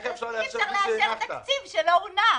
אי אפשר לאשר תקציב שלא הונח.